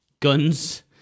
Guns